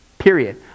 Period